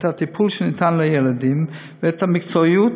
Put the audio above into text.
את הטיפול שניתן לילדים ואת מקצועיות